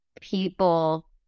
people